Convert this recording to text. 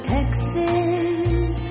Texas